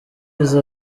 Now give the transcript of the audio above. izo